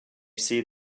see